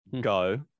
go